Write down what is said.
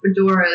fedoras